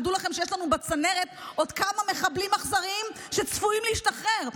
תדעו לכם שיש לנו בצנרת עוד כמה מחבלים אכזריים שצפויים להשתחרר,